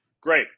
great